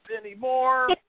anymore